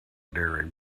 diary